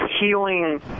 healing